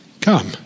come